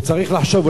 הוא צריך לחשוב,